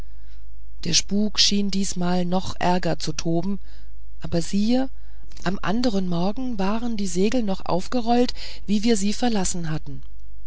der spuk schien diesmal noch ärger zu toben aber siehe am anderen morgen waren die segel noch aufgerollt wie wir sie verlassen hatten